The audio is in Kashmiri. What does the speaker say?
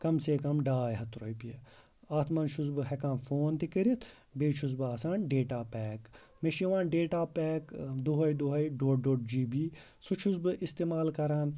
کَم سے کَم ڈاے ہَتھ رۄپیہِ اَتھ منٛز چھُس بہٕ ہٮ۪کان فون تہِ کٔرِتھ بیٚیہِ چھُس بہٕ آسان ڈیٹا پیک مےٚ چھُ یِوان ڈیٹا پیک دوہے دوہے ڈوٚڈ ڈوٚڈ جی بی سُہ چھُس بہٕ اِستعمال کران